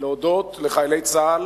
להודות לחיילי צה"ל